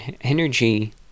energy